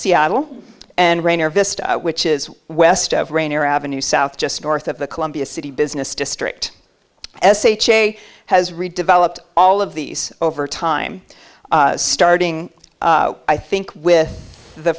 seattle and rainer vista which is west of rainier avenue south just north of the columbia city business district s ha has redeveloped all of these over time starting i think with the